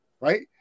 right